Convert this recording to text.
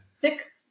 thick